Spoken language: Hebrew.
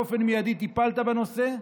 ובאופן מיידי טיפלת בנושא.